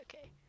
okay